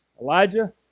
Elijah